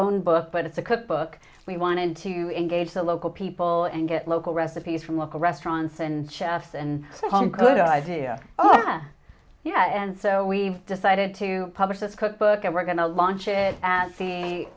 own book but it's a cookbook we wanted to engage the local people and get local recipes from local restaurants and chefs and good idea oh yeah and so we decided to publish this cookbook and we're going to launch it a